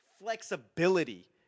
flexibility